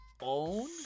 own